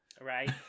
Right